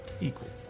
equals